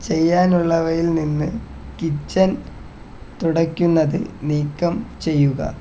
ചെയ്യാനുള്ളവയിൽ നിന്ന് കിച്ചൻ തുടയ്ക്കുന്നത് നീക്കം ചെയ്യുക